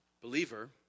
Believer